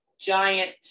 giant